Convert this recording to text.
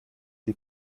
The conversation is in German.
die